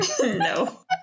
No